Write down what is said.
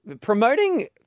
promoting